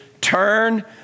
turn